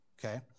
Okay